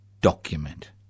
document